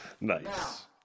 Nice